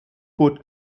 boot